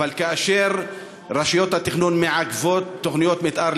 אבל כאשר רשויות התכנון מעכבות תוכניות מתאר,